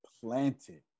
planted